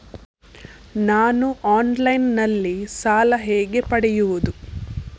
ನಾನು ಆನ್ಲೈನ್ನಲ್ಲಿ ಸಾಲ ಹೇಗೆ ಪಡೆಯುವುದು?